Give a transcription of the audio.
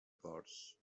parts